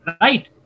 right